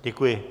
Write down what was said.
Děkuji.